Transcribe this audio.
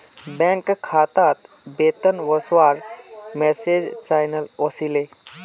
bank खातात वेतन वस्वार मैसेज चाइल ओसीले